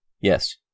yes